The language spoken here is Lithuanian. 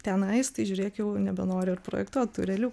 tenais tai žiūrėk jau nebenori ir projektuot tų realių